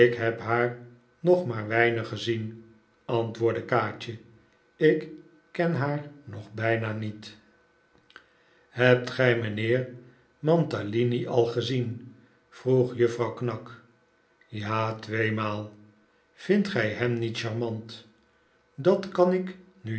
heb haar nog maar weinig gezien antwoordde kaatje ik ken haar nog bijna niet hebt gij mijnheer mantalini al gezien vroeg juffrouw knag ja tweemaal vindt gij hem niet charmant dat kan ik nu